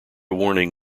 warning